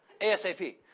ASAP